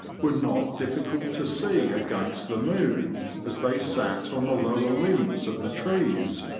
were not difficult to see against the moon as they sat on the lower limbs of the trees,